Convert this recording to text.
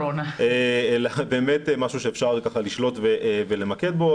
אלא באמת משהו שאפשר לשלוט ולמקד בו.